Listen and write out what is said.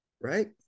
right